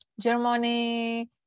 germany